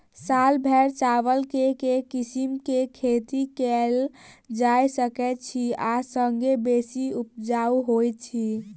साल भैर चावल केँ के किसिम केँ खेती कैल जाय सकैत अछि आ संगे बेसी उपजाउ होइत अछि?